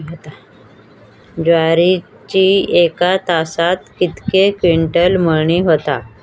ज्वारीची एका तासात कितके क्विंटल मळणी होता?